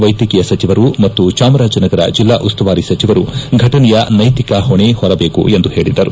ವೈದ್ಯಕೀಯ ಸಚಿವರು ಮತ್ತು ಚಾಮರಾಜನಗರ ಜಿಲ್ಲಾ ಉಸ್ತುವಾರಿ ಸಚಿವರು ಘಟನೆಯ ನೈತಿಕ ಹೊಣೆ ಹೊರಬೇಕು ಎಂದು ಹೇಳಿದರು